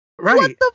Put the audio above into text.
Right